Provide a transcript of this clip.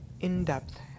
in-depth